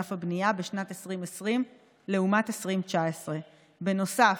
בענף הבנייה בשנת 2020 לעומת 2019. בנוסף,